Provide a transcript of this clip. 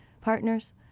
partners